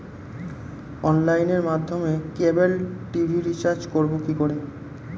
অনলাইনের মাধ্যমে cable TV recharge করব কি করে?